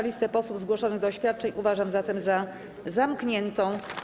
Listę posłów zgłoszonych do oświadczeń uważam zatem za zamkniętą.